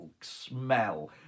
smell